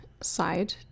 side